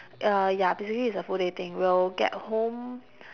uh ya basically it's a full day thing we'll get home